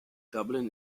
dublin